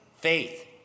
faith